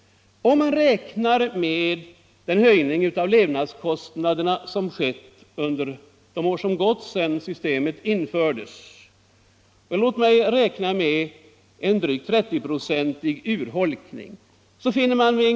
Den höjning av levnadskostnaderna som har skett under de år som gått sedan systemet infördes innebär en drygt 30-procentig urholkning av beloppet.